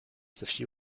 the